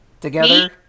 together